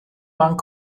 lang